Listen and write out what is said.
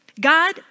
God